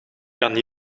kan